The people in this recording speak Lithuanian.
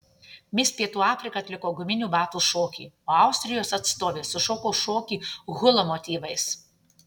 mis pietų afrika atliko guminių batų šokį o austrijos atstovė sušoko šokį hula motyvais